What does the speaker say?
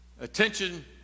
Attention